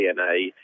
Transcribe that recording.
DNA